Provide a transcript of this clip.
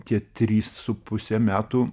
tie trys su puse metų